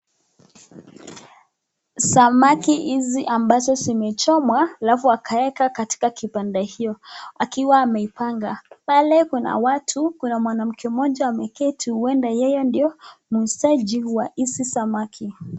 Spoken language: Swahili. Samaki hizi ambazo zimechomwa, alafu akaweka katika kipande hicho. Akiwa ameipanga. Pale kuna watu, kuna mwanamke mmoja ameketi, huenda yeye ndio msaji wa hizi samaki.